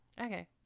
Okay